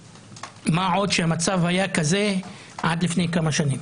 מה עוד שהמצב היה כזה עד לפני כמה שנים.